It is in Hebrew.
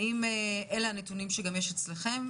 האם אלה הנתונים שגם יש אצלכם,